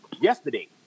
yesterday